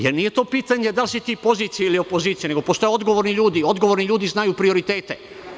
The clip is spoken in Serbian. Jer, nije to pitanje da li si ti pozicija ili opozicija nego postoje odgovorni ljudi, odgovorni ljudi znaju prioritete.